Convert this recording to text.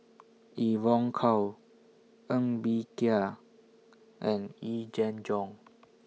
Evon Kow Ng Bee Kia and Yee Jenn Jong